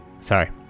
sorry